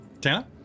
Tana